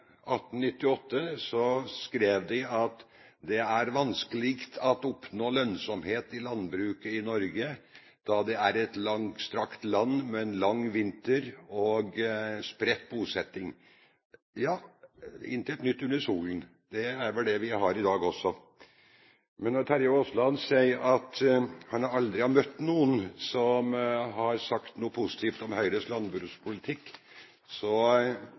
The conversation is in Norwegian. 1898 skrev de at det er vanskelig å oppnå lønnsomhet i landbruket i Norge, da det er et langstrakt land, med en lang vinter og spredt bosetting. Ja, intet er nytt under solen – det er vel det vi har i dag også. Når Terje Aasland sier at han aldri har møtt noen som har sagt noe positivt om Høyres landbrukspolitikk,